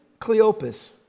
Cleopas